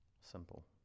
Simple